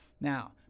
Now